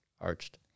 Arched